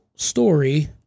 Story